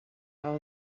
all